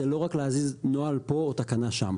זה לא רק להזיז נוהל פה או תקנה שם.